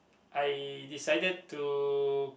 I decided to